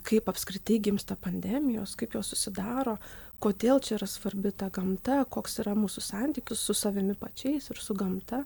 kaip apskritai gimsta pandemijos kaip jos susidaro kodėl čia yra svarbi ta gamta koks yra mūsų santykius su savimi pačiais ir su gamta